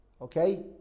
Okay